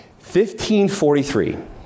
1543